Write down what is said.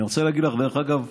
אני רוצה להגיד לך, דרך אגב,